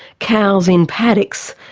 cows in paddocks,